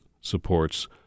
supports